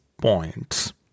points